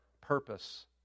purpose